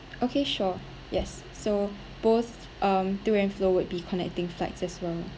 okay sure yes so both um to and fro would be connecting flights as well